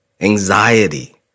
anxiety